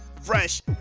fresh